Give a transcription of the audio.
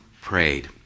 prayed